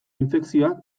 infekzioak